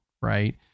right